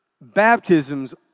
baptisms